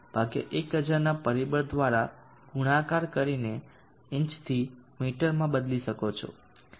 4 1000 ના પરિબળ દ્વારા ગુણાકાર કરીને ઇંચથી મીટરમાં બદલી શકો છો